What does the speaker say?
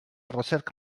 recerca